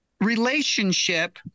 relationship